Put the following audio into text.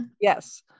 yes